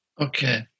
okay